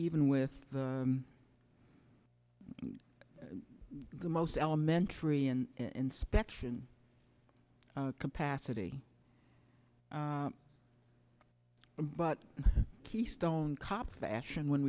even with the most elementary and inspection capacity but keystone cops fashion when